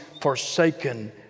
forsaken